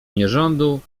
nierządu